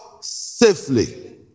Safely